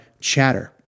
chatter